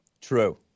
true